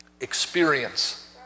experience